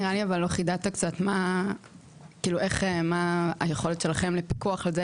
נראה לי שלא חידדת מספיק מה היכולת שלכם לפקח על זה,